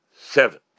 seven